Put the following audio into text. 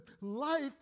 life